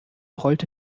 rollte